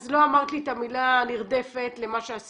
אז לא אמרת לי את המילה הנרדפת למה שעשיתם.